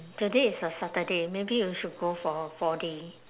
today is a saturday maybe you should go for four D